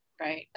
Right